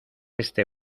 este